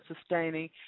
sustaining